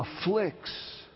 afflicts